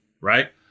right